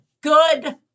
Good